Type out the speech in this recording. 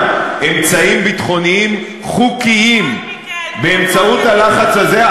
אמצעים ביטחוניים חוקיים באמצעות הלחץ הזה,